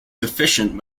sufficient